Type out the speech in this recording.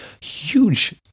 huge